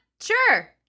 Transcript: sure